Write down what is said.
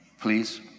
Please